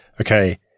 Okay